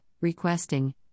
requesting